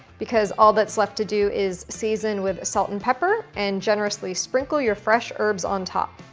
because all that's left to do is season with salt and pepper and generously sprinkle your fresh herbs on top.